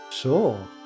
Sure